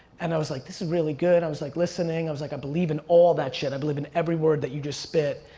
and i was like, this is really good, i was like listening, i was like, i believe in all that shit, i believe in every word that you just spit.